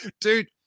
dude